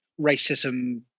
racism